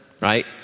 right